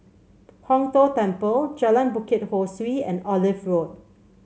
Hong Tho Temple Jalan Bukit Ho Swee and Olive Road